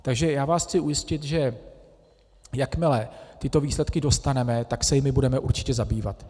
Takže vás chci ujistit, že jakmile tyto výsledky dostaneme, tak se jimi budeme určitě zabývat.